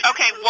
Okay